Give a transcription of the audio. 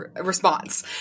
response